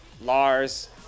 Lars